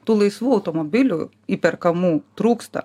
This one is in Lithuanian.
tų laisvų automobilių įperkamų trūksta